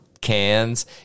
cans